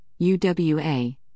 UWA